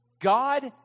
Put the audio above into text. God